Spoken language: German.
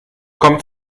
kommt